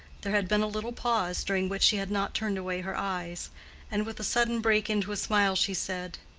there had been a little pause, during which she had not turned away her eyes and with a sudden break into a smile, she said,